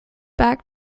back